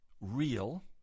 real